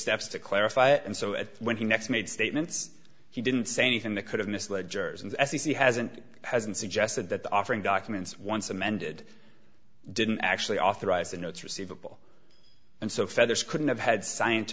steps to clarify it and so when he next made statements he didn't say anything that could have misled jurors and as he hasn't hasn't suggested that the offering documents once amended didn't actually authorize the notes receivable and so feather's couldn't have had scien